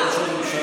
תודה, ראש הממשלה.